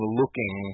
looking